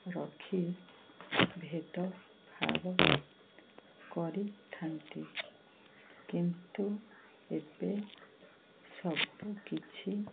ରଖି ଭେଦଭାବ କରିଥାନ୍ତି କିନ୍ତୁ ଏବେ ସବୁକିଛି